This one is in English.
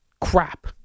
crap